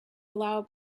allow